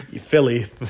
Philly